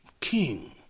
king